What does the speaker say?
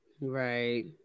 right